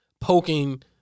poking